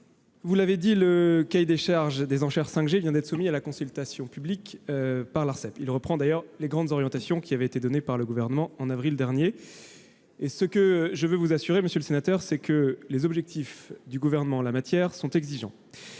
vous l'avez dit, le cahier des charges des enchères 5G vient d'être soumis à la consultation publique par l'Arcep. Il reprend d'ailleurs les grandes orientations qui avaient été données par le Gouvernement en avril dernier. Je veux vous assurer que les objectifs du Gouvernement en la matière sont exigeants.